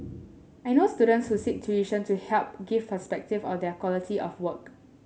I know students who seek tuition to help give perspective of their quality of work